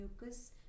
mucus